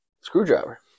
Screwdriver